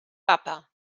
papa